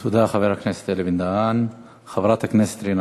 תודה, חבר הכנסת אלי בן-דהן.